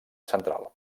central